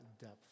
depth